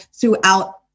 throughout